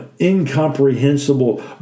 incomprehensible